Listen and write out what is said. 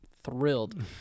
thrilled